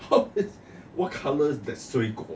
what colour's that 水果